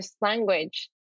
language